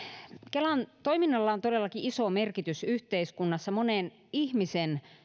kelan toiminnalla on todellakin iso merkitys yhteiskunnassa monen ihmisen